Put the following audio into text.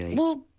well